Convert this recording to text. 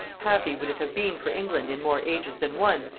happy would it have been for england in more ages than one,